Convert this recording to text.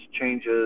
changes